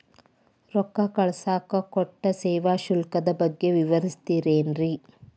ರೊಕ್ಕ ಕಳಸಾಕ್ ಕಟ್ಟೋ ಸೇವಾ ಶುಲ್ಕದ ಬಗ್ಗೆ ವಿವರಿಸ್ತಿರೇನ್ರಿ?